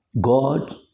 God